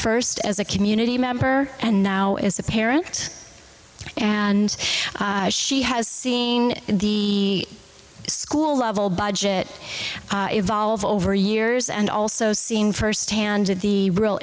first as a community member and now as a parent and she has seen the school level budget evolve over years and also seen firsthand the real